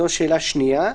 זו השאלה השנייה.